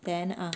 then err